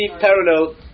parallel